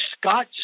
Scott